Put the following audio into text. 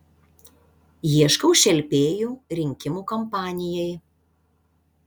ieškau šelpėjų rinkimų kampanijai